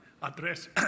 address